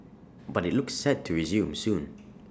but IT looks set to resume soon